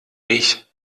ich